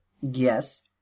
Yes